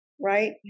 right